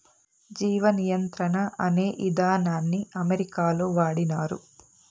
జీవ నియంత్రణ అనే ఇదానాన్ని అమెరికాలో వాడినారు